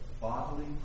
bodily